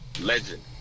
legend